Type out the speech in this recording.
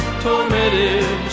tormented